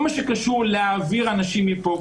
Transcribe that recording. כל מה שקשור להעברת אנשים מפה,